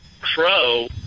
crow